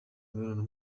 imibonano